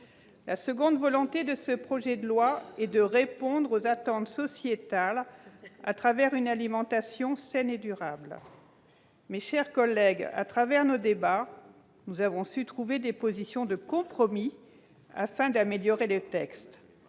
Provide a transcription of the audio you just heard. La seconde volonté des auteurs de ce projet de loi était de répondre aux attentes sociétales, au travers d'une alimentation saine et durable. Mes chers collègues, au cours de nos débats, nous avons su trouver des positions de compromis, afin d'améliorer le texte.